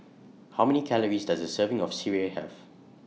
How Many Calories Does A Serving of Sireh Have